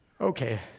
Okay